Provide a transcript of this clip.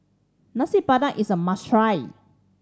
Nasi Padang is a must try